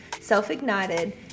self-ignited